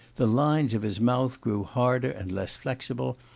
the lines of his mouth grew harder and less flexible,